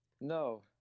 No